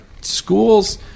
schools